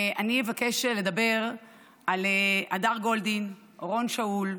אני אבקש לדבר על הדר גולדין, אורון שאול,